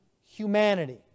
humanity